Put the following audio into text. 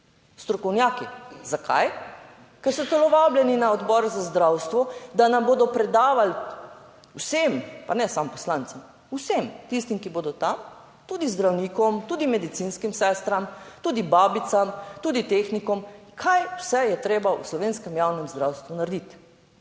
strokovnjaki, zakaj, ker so celo vabljeni na Odboru za zdravstvo, da nam bodo predavali, vsem, pa ne samo poslancem, vsem tistim, ki bodo tam, tudi zdravnikom, tudi medicinskim 45. TRAK: (TB) - 12.40 (nadaljevanje) sestram, tudi babicam, tudi tehnikom, kaj vse je treba v slovenskem javnem zdravstvu narediti.